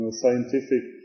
scientific